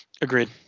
agreed